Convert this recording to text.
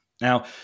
Now